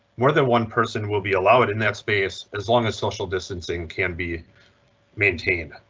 more than one person will be allowed in that space as long as social distancing can be maintained.